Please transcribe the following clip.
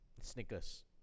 Snickers